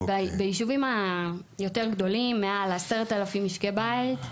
ביישובים היותר גדולים מעל 10,000 משקי בית,